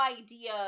idea